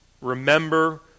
Remember